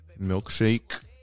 Milkshake